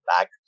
back